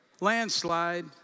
landslide